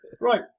Right